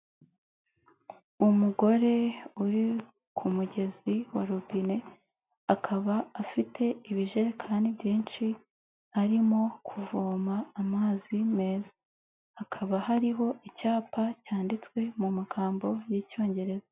Umugore uri ku mugezi wa robine, akaba afite ibijekani byinshi, arimo kuvoma amazi meza, hakaba hariho icyapa cyanditswe mu magambo y'Icyongereza.